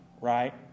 right